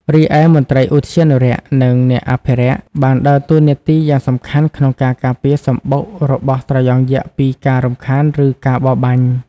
រីឯមន្ត្រីឧទ្យានុរក្ស និង អ្នកអភិរក្ស បានដើរតួនាទីយ៉ាងសំខាន់ក្នុងការការពារសម្បុករបស់ត្រយងយក្សពីការរំខាន ឬការបរបាញ់។